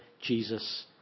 Jesus